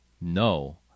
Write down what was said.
no